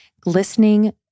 glistening